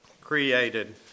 created